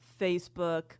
Facebook